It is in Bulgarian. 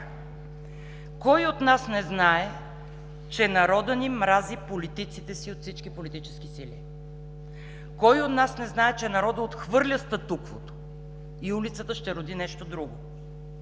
Кой от нас не знае, че народът ни мрази политиците си от всички политически сили? Кой от нас не знае, че народът отхвърля статуквото и улицата ще роди нещо друго?